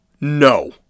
No